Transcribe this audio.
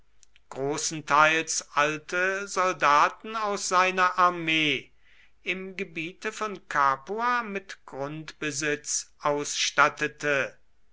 großenteils alte soldaten aus seiner armee im gebiete von capua mit grundbesitz ausstattete